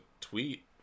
tweet